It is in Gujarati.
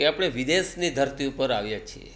કે આપણે વિદેશની ધરતી ઉપર આવ્યા છીએ